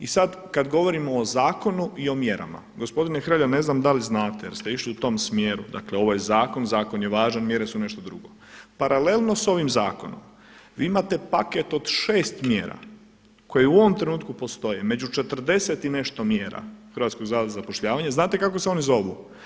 I sad kad govorimo o zakonu i o mjerama, gospodine Hrelja ne znam da li znate jer ste išli u tom smjeru, dakle ovo je zakon, zakon je važan, mjere su nešto drugo, paralelno s ovim zakonom vi imate paket od 6 mjera koje u ovom trenutku postoje među 40 i nešto mjera Hrvatskog zavoda za zapošljavanje, znate kako se oni zovu?